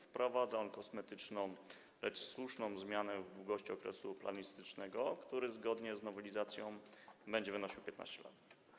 Wprowadza on kosmetyczną, lecz słuszną zmianę w długości okresu planistycznego, który zgodnie z nowelizacją będzie wynosił 15 lat.